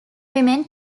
women